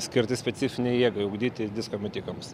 skirti specifinei jėgai ugdyti disko metikams